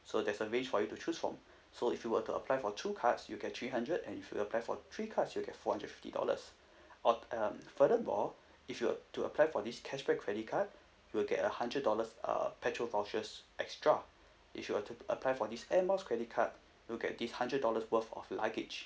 so there's a range for you to choose from so if you were to apply for two cards you get three hundred and if you apply for three cards you get four hundred and fifty dollars or um furthermore if you uh to apply for this cashback credit card you will get a hundred dollars uh petrol vouchers extra if you were to apply for this air miles credit card you'll get this hundred dollars worth of luggage